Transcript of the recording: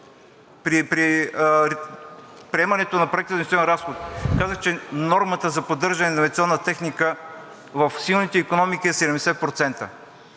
При приемането на Проекта за инвестиционен разход казах, че нормата за поддържането на авиационната техника в силните икономики е 70%.